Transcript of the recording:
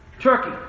Turkey